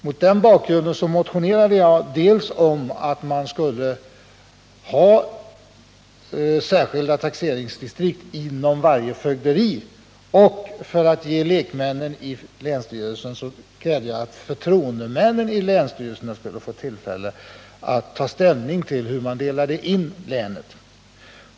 Mot den bakgrunden motionerade jag om att man skulle ha särskilda taxeringsdistrikt inom varje fögderi, och vidare krävde jag att förtroendemännen vid länsstyrelsen skulle få tillfälle att ta ställning till hur man bör dela in länet.